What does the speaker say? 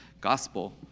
gospel